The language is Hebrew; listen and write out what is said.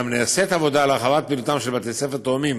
נעשית עבודה להרחבת פעילותם של בתי-ספר תאומים,